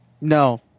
No